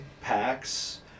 packs